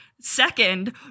Second